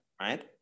right